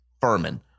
Furman